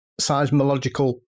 seismological